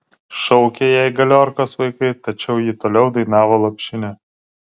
šaukė jai galiorkos vaikai tačiau ji toliau dainavo lopšinę